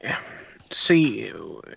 See